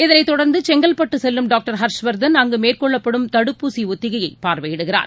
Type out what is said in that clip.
இதனைத் தொடர்ந்து செங்கல்பட்டு செல்லும் டாக்டர் ஹர்ஷ்வர்தன் அங்கு மேற்கொள்ளப்படும் தடுப்பூசி ஒத்திகையை பார்வையிடுகிறார்